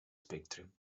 spectrum